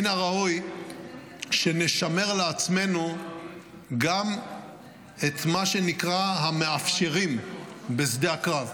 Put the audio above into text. מן הראוי שנשמר לעצמנו גם את מה שנקרא "המאפשרים" בשדה הקרב.